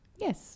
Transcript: Yes